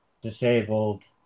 disabled